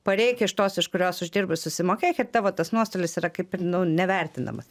pareik iš tos iš kurios uždirbai susimokėk ir tavo tas nuostolis yra kaip ir nu nevertinama